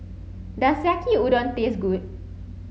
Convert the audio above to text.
does Yaki Udon taste good